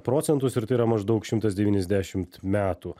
procentus ir tai yra maždaug šimtas devyniasdešimt metų